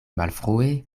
malfrue